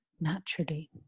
naturally